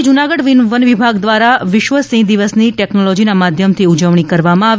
આજે જૂનાગઢ વન વિભાગ દ્વારા વિશ્વ સિંહ દિવસની ટેકનોલોજીના માધ્યમથી ઉજવણી કરવામાં આવી